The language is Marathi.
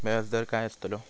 व्याज दर काय आस्तलो?